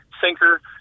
sinker